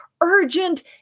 urgent